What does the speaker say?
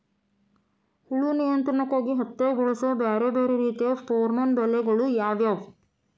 ಹುಳು ನಿಯಂತ್ರಣಕ್ಕಾಗಿ ಹತ್ತ್ಯಾಗ್ ಬಳಸುವ ಬ್ಯಾರೆ ಬ್ಯಾರೆ ರೇತಿಯ ಪೋರ್ಮನ್ ಬಲೆಗಳು ಯಾವ್ಯಾವ್?